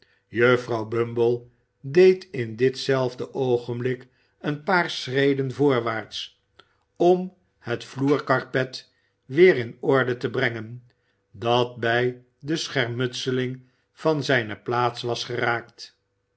juffrouw bumble deed in dit zelfde oogenb'ik een paar schreden voorwaarts om het vloerkarpet weer in orde te brengen dat bij de schermutseling van zijne plaats was geraakt